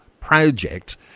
project